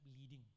leading